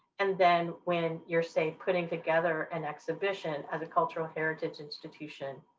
and then when you're safe putting together an exhibition as a cultural heritage institution,